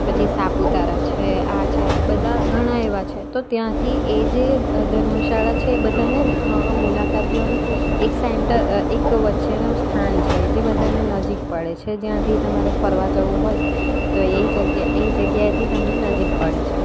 પછી સાપુતારા છે આ છે બધા ઘણા એવા છે તો ત્યાંથી એ જે ધર્મશાળા છે એ બધાને ન અ મુલાકાતીઓને એક સેન્ટર એક વચ્ચેનું સ્થાન છે એ જે બધાને નજીક પડે છે જ્યાંથી તમારે ફરવા જવું હોય તો એ જગ્યા જગ્યાએથી તમને નજીક પડે છે